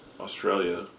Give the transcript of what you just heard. Australia